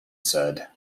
said